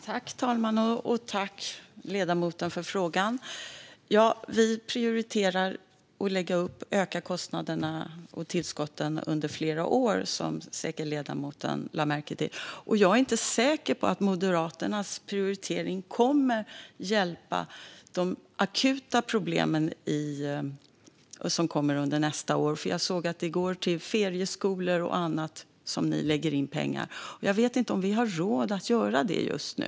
Herr talman! Jag tackar ledamoten för frågan. Vi prioriterar att öka kostnaderna och tillskotten under flera år, som säkert ledamoten lade märke till. Jag är heller inte säker på att Moderaternas prioritering kommer att avhjälpa de akuta problem som kommer under nästa år. Jag såg att det är ferieskolor och annat som ni lägger pengar till. Jag vet inte om vi har råd att göra det just nu.